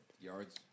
yards